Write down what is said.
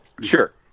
Sure